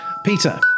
Peter